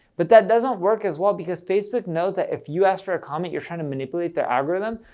but that doesn't work as well because facebook knows that if you ask for a comment, you're trying to manipulate their algorithm,